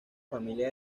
familia